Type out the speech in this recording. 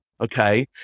okay